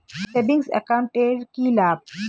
Savings account এর কি লাভ?